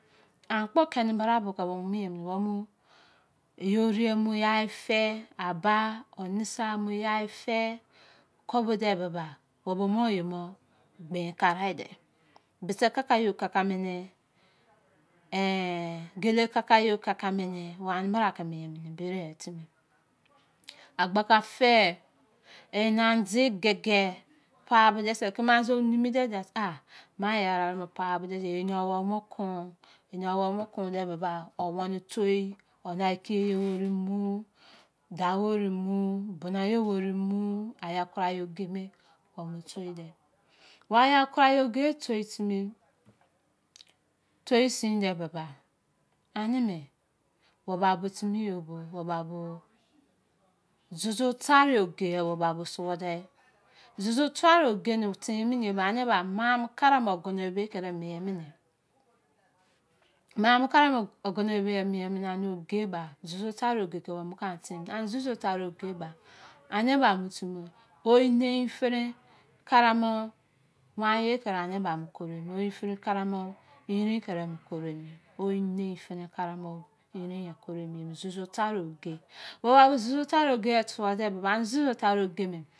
An kpo kane bra bo ke omu mie mene sorigha mu you fe ba tamu you fe, ko bude boba owo bo mo ye mo gbe kare de, bise keka yo bo keka mene eh! gele keka yo bo keka mene. Ani bta ke mie mene. agbeka fe, ena de gege, pa bo dese, kema bo numu dese, ma ayara rao fa bode se, ena wou bo kon. ena won bo kone boba, wone toi, one koi yo ware mu, bena yo wari mu. aya kurai oge me, o mu toi de wa aya kurai oge omu toi timi toi sin de boba, ane me, owa bo timi yo owa bo souson tori oge oba bo suwor tei joujou tari oge ne o temeni yeba, mamu karamu agono-owei bo ka mu mie mene, mamo kara mu agonowu be mie mene oge bei, joujou tari oge ko ami kon ten mone. ano joujou tori oge ba ani ba timi oyi-nei gini karamo wan ye ka amu ba mu koro emi jou jou tari oge suwor de baba, ani joujou tori oge.